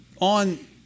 on